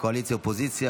קואליציה ואופוזיציה,